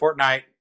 Fortnite